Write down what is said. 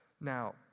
Now